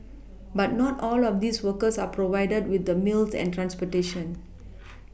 but not all of these workers are provided with the meals and transportation